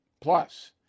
Plus